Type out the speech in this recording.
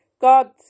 God